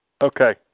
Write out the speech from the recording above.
Okay